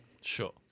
sure